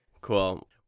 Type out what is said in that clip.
Cool